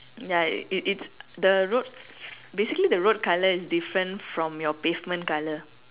ya it it's the road basically the road colour is different from your pavement colour